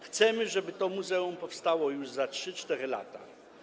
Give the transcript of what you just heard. Chcemy, żeby to muzeum powstało już za 3, 4 lata.